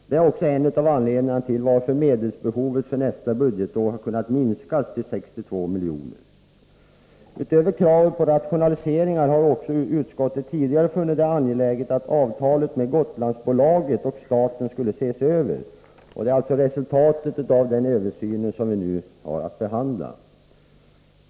Det är också en av anledningarna till att medelsbehovet för nästa budgetår har kunnat minskas till 62 milj.kr. Utöver kravet på rationaliseringar har också utskottet tidigare funnit det angeläget att avtalet mellan Gotlandsbolaget och staten skulle ses över. Det är resultatet av den översynen som vi nu har att behandla.